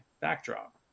backdrop